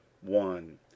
one